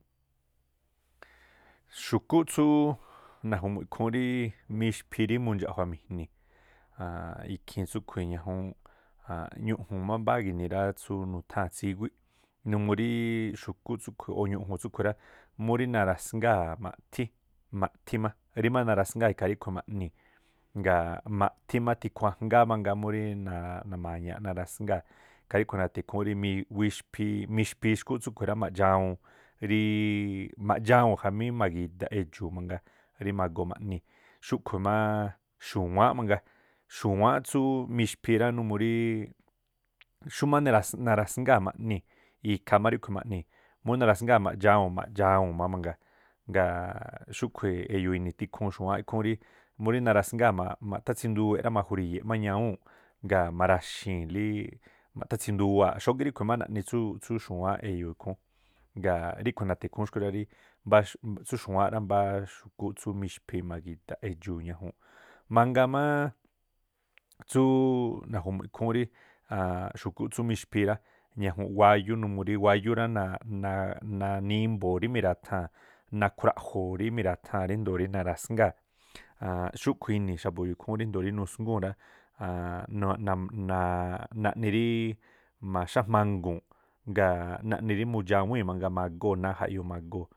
Xu̱kúꞌ tsú naju̱mu̱ꞌ ikhúún rí mixphi rí mundxa̱ꞌjua̱ mi̱jni̱, a̱a̱nꞌ ikhiin tsúꞌkhui̱ ñajúúnꞌ, ñu̱ꞌju̱n má mbáá gi̱nii rá tsú nutháa̱n tsíwíꞌ numuu rí xu̱kúꞌ tsúꞌkhui̱ o̱ ñu̱ꞌju̱n tsúꞌkhui̱ rá murí narasngaa̱ maꞌthí, maꞌthí má rí má narasgáa̱ ikhaa ríꞌkhui̱ ma̱ꞌnii̱, ngaa̱ maꞌthí má tikhu ajngáá mangaa múrí nama̱ñaaꞌ narasngáa̱. Ikhaa ríꞌkhui̱ na̱tha̱ ikhúún miiꞌ wixphii mixphii xkúꞌ tsúꞌkhui̱ rá ma̱dxawuu̱n khamí ma̱gi̱daꞌ edxu̱u̱ mangaa rí maꞌnii̱. Xúꞌkhui̱ má xu̱wáánꞌ mangaa, xu̱wáánꞌ tsú mixphii rá numuu rí xúmá narasngaa̱ ma̱ꞌnii̱ ikhaa má ríꞌkhui̱ ma̱ꞌnii̱, mú narasgáa̱ maꞌdxawuu̱n, maꞌdxawuu̱n má mangaa, ga̱a̱ꞌ xúꞌkhui̱ e̱yo̱o̱ ini̱ tikhuun xu̱wáánꞌ ikhúún rí murí narasngáa̱ maꞌ maꞌthátsinduwé rá, majuri̱ye̱ꞌ má ñawúu̱nꞌ ngaa̱ maraxi̱i̱nlí maꞌthátsínduwaa̱ꞌ xógí má ríꞌkhui̱ naꞌni tsúú tsú xu̱wáán e̱yo̱o̱ ikhúún. Ga̱a̱ ríꞌkhui̱ na̱tha̱ ikhúún xkhu̱ rá rí mbáx tsú xu̱wáán rá mbá xu̱kúꞌ tsú mixphi ma̱gi̱da̱ꞌ edxu̱u̱ ñajuu̱n. Mangaa má tsúú naju̱mu̱ꞌ ikhúún rí a̱a̱nnꞌ xu̱kúꞌ tsú mixphii rá, ñajuun wáyú numuu rí wáyú rá, naaꞌ naaꞌ naaꞌ nanimbo̱o̱ rí mi̱ra̱thaa̱n, nakhruaꞌjo̱o̱ rí mi̱ra̱thaa̱n ríndo̱o rí narasngáa̱ xúꞌkhui̱ ini̱ xa̱bu̱ e̱yo̱o̱ ikhúún rindo̱o rí nusngúu̱n rá nani ríi ma̱xájmáguu̱nꞌ gaa̱ naꞌni rí mudxawíi̱ mangaa magóo̱ náa̱ jaꞌyoo rí magóo̱.